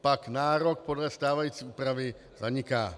Pak nárok podle stávající úpravy zaniká.